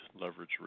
leverage